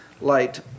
light